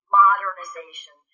modernization